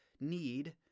need